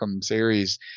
series